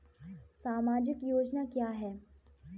सामाजिक योजना क्या है?